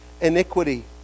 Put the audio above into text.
iniquity